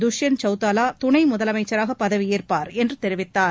துஷ்யந்த் சௌதலா துணை முதலமைச்சராக பதவியேற்பார் என்று தெரிவித்தார்